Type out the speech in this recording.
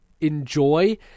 enjoy